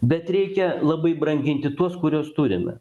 bet reikia labai branginti tuos kuriuos turime